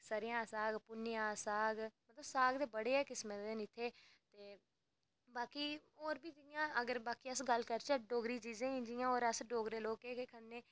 जि'यां स'रेआं दा साग पुन्नेआं दा साग मतलब साग ते बड़े किस्में दे न इत्थै ते बाकी होर बी 'इयां ते बाकी अस गल्ल करचै डोगरी चीजें दी कि अस होर डोगरे लोक केह् केह् खन्ने